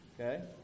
Okay